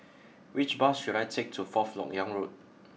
which bus should I take to Fourth Lok Yang Road